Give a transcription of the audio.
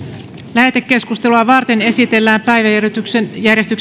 lähetekeskustelua varten esitellään päiväjärjestyksen